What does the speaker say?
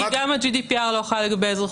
כי גם ה- GDPR לא חל לגבי אזרחות,